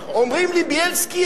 אומרים לי: בילסקי,